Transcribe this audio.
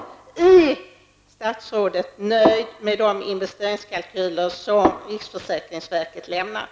Är statsrådet nöjd med de investeringskalkyler som riksförsäkringsverket har lämnat?